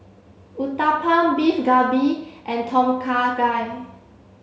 Uthapam Beef Galbi and Tom Kha Gai